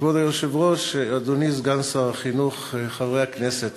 כבוד היושב-ראש, אדוני סגן שר החינוך, חברי הכנסת,